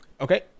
Okay